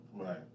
Right